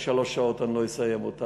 שלוש שעות אני לא אסיים אותם.